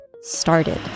started